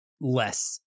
less